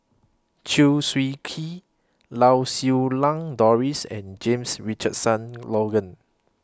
Chew Swee Kee Lau Siew Lang Doris and James Richardson Logan